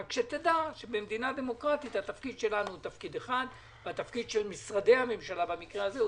רק דע שבמדינה דמוקרטית התפקיד שלנו אחד והתפקיד של משרדי הממשלה אחר.